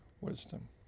wisdom